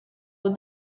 with